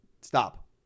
stop